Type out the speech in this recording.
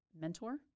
mentor